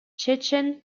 chechen